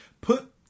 put